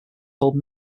called